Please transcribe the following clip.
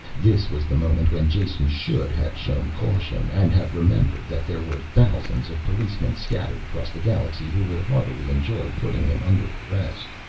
this was the moment when jason should have shown caution, and have remembered that there were thousands of policemen scattered across the galaxy who would heartily enjoy putting him under arrest.